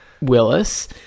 willis